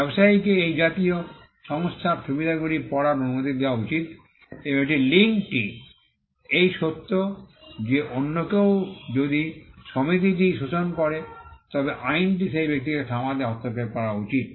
ব্যবসায়ীকে এই জাতীয় সংস্থার সুবিধাগুলি পড়ার অনুমতি দেওয়া উচিত এবং এটির লিঙ্কটি এই সত্য যে অন্য কেউ যদি সমিতিটি শোষণ করে তবে আইনটি সেই ব্যক্তিকে থামাতে হস্তক্ষেপ করা উচিত